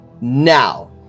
Now